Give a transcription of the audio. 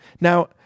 Now